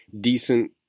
decent